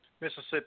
Mississippi